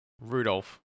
Rudolph